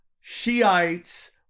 Shiites